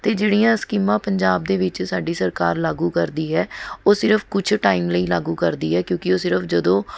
ਅਤੇ ਜਿਹੜੀਆਂ ਸਕੀਮਾਂ ਪੰਜਾਬ ਦੇ ਵਿੱਚ ਸਾਡੀ ਸਰਕਾਰ ਲਾਗੂ ਕਰਦੀ ਹੈ ਉਹ ਸਿਰਫ਼ ਕੁਝ ਟਾਈਮ ਲਈ ਲਾਗੂ ਕਰਦੀ ਹੈ ਕਿਉਂਕਿ ਉਹ ਸਿਰਫ਼ ਜਦੋਂ